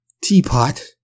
teapot